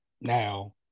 Now